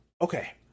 Okay